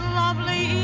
lovely